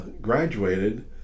graduated